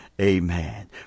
Amen